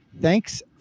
Thanks